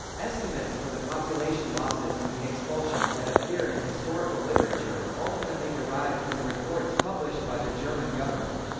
estimates for the population losses in the expulsions that appear in historical literature are ultimately derived from reports published by the german government.